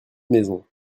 maisons